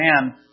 man